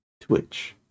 twitch